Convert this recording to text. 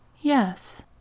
Yes